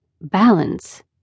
balance